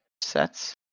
sets